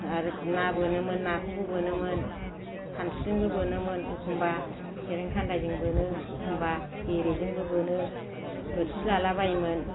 आरो ना बोनोमोन नाखौबो बोनोमोन खानस्रिजोंबो बोनोमोन एखम्बा खेरें खानदाय जों बोनो एखम्बा बेरेजोंबो बोनो बोरसि लाला बायोमोन